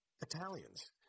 Italians